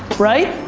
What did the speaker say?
right?